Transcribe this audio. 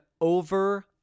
over